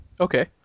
Okay